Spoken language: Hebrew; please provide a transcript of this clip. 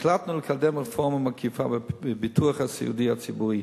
החלטנו לקדם רפורמה מקיפה בביטוח הסיעודי הציבורי.